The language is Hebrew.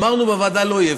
אמרנו בוועדה: לא יהיה.